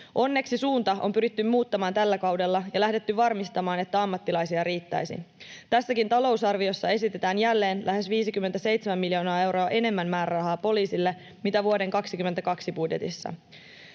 Onneksi suunta on pyritty muuttamaan tällä kaudella ja lähdetty varmistamaan, että ammattilaisia riittäisi. Tässäkin talousarviossa esitetään jälleen lähes 57 miljoonaa euroa enemmän määrärahaa poliisille kuin vuoden 2022 budjetissa.